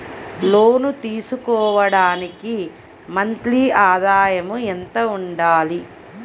లోను తీసుకోవడానికి మంత్లీ ఆదాయము ఎంత ఉండాలి?